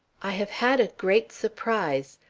i have had a great surprise.